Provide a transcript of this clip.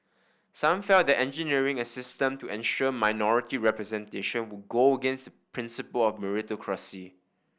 some felt that engineering a system to ensure minority representation would go against the principle of meritocracy